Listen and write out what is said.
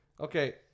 Okay